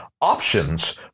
options